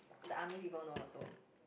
the army people know also